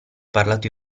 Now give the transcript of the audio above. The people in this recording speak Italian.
parlato